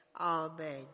Amen